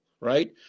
Right